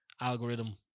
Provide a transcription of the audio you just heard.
algorithm